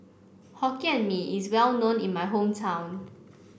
Hokkien Mee is well known in my hometown